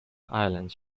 islands